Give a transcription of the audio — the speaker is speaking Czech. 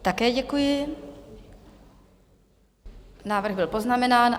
Také děkuji, návrh byl poznamenán.